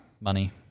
Money